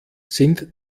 sind